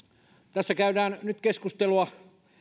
tässä käydään nyt keskustelua